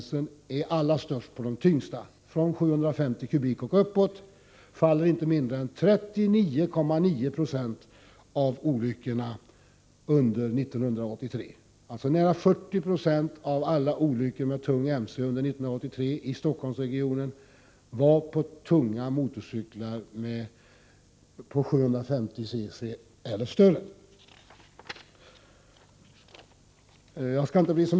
Det har visat sig, något som vi diskuterade redan vid det aktuella tillfället, att olyckor med tunga motorcyklar är de mest frekventa — det gäller inte mindre än 39 20 av alla olyckor med tunga motorcyklar som inträffade i Stockholmsregionen under 1983.